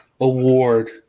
award